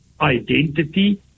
identity